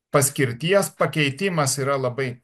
paskirties pakeitimas yra labai